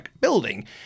building